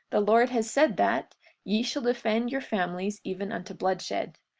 the lord has said that ye shall defend your families even unto bloodshed.